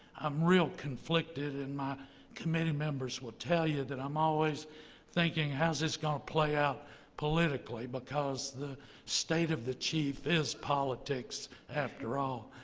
i'm real conflicted, and my committee members will tell you that i'm always thinking how's this going to play out politically. because the state of the chief is politics, after all.